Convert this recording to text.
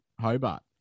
hobart